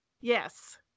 Yes